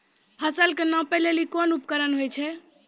फसल कऽ नापै लेली कोन उपकरण होय छै?